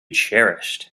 cherished